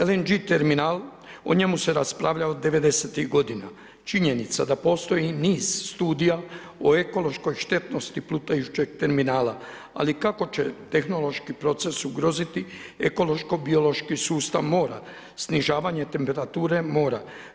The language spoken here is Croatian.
LNG terminal o njemu se raspravljalo '90. g. činjenica je da postoji niz studija o ekološkoj štetnosti plutajućeg terminala, ali kako će tehnološki proces ugroziti ekološko biološki sustav mora, snižavanje temperature mora?